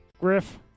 Griff